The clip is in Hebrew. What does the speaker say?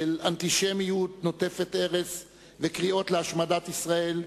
של אנטישמיות נוטפת ארס וקריאות להשמדת ישראל,